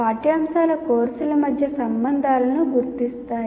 పాఠ్యాంశాలు కోర్సుల మధ్య సంబంధాలను గుర్తిస్తాయి